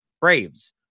Braves